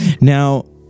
Now